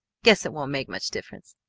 guess it won't make much difference.